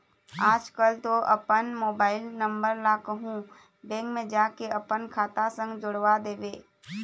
आजकल तो अपन मोबाइल नंबर ला कहूँ बेंक म जाके अपन खाता संग जोड़वा देबे